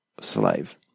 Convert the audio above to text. slave